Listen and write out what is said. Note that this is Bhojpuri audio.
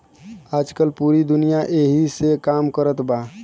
आजकल पूरी दुनिया ऐही से काम कारत बा